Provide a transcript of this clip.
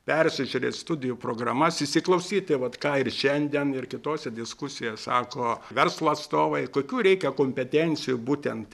persižiūrėt studijų programas įsiklausyti vat ką ir šiandien ir kitose diskusijos sako verslo atstovai kokių reikia kompetencijų būtent